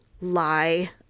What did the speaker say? Lie